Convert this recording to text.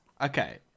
Okay